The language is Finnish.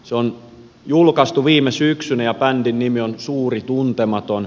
se on julkaistu viime syksynä ja bändin nimi on suuri tuntematon